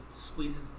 squeezes